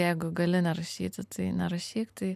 jeigu gali nerašyti tai nerašyk tai